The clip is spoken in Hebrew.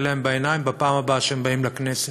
להם בעיניים בפעם הבאה שהם באים לכנסת.